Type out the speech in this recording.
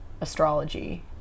astrology